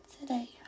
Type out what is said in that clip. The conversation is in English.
today